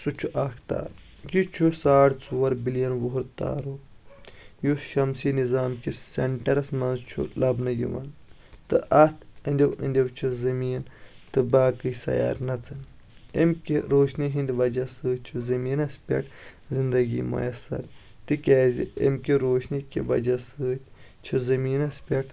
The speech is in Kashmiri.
سُہ چھُ آختاب یہِ چھُ ساڑھ ژور بِلین وول تارُک یُس شمسی نِظامکِس سینٹرس منٛز چھُ لبنہٕ یِوان تہٕ اَتھ اَندَو اَندَو چھ زمیٖن تہٕ باقےٕ سیارٕ نژان اَمہِ کہِ روشنی ۂنٛدۍ وجہ سۭتۍ چھ زمیٖنس پٮ۪ٹھ زِنٛدگی میسر تِکیٛازِ اَمہِ کہ روشنی کہ وجہ سۭتۍ چھُ زمیٖنس پٮ۪ٹھ